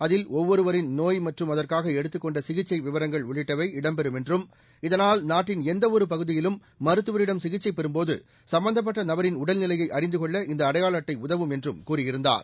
அதில் ஒவ்வொருவரின் நோய் மற்றும் அதற்காக எடுத்துக் கொண்ட சிகிச்சை விவரங்கள் உள்ளிட்டவை இடம்பெறும் என்றும் இதனால் நாட்டின் எந்தவொரு பகுதியிலும் மருத்துவரிடம் சிகிச்சை பெறும்போது சும்பந்தப்பட்ட நபரின் உடல்நிலையை அறிந்து கொள்ள இந்த அடையாள அட்டை உதவும் என்றும் கூறியிருந்தார்